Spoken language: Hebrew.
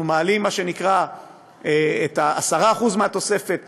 אנחנו מעלים 10% מהתוספת ב-2017,